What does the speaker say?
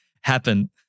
happen